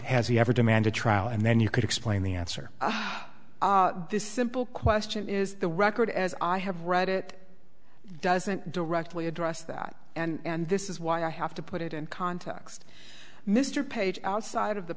has he ever demanded trial and then you could explain the answer this simple question is the record as i have read it doesn't directly address that and this is why i have to put it in context mr paige outside of the